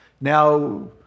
Now